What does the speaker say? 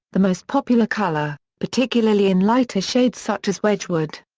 the most popular colour, particularly in lighter shades such as wedgwood.